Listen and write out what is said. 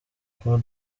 col